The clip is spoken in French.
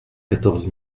quatorze